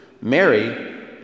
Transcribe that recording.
Mary